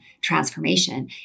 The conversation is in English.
transformation